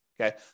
Okay